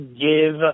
give